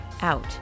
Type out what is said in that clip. out